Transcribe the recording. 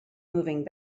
moving